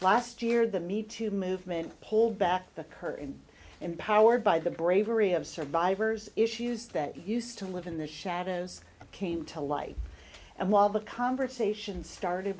last year the me too movement pulled back the curtain empowered by the bravery of survivors issues that used to live in the shadows came to light and while the conversation started